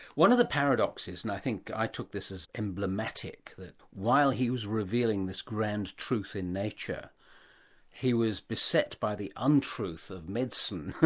one of the paradoxes, and i think i took this as emblematic, that while he was revealing this grand truth in nature he was beset by the untruth of medicine,